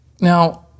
now